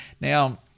Now